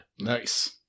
Nice